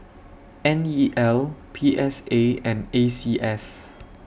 N E L P S A and A C S